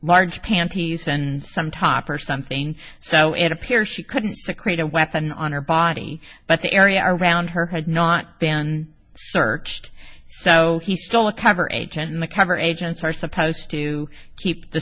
large panties and some top or something so it appears she couldn't secrete a weapon on her body but the area around her had not been searched so he's still a cover agent in the cover agents are supposed to keep the